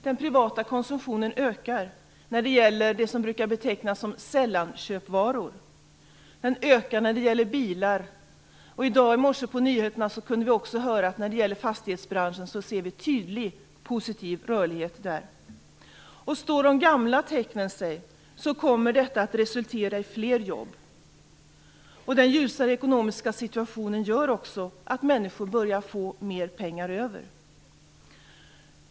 Den privata konsumtionen ökar när det gäller det som brukar betecknas som sällanköpvaror, och den ökar för bilar. I morse kunde vi på nyheterna höra att vi på fastighetsbranschen kan se en tydlig positiv rörlighet. Står de gamla tecknen sig kommer detta att resultera i fler jobb. Den ljusa ekonomiska situationen gör också att människor börjar få mer pengar över.